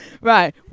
Right